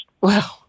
Wow